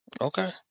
Okay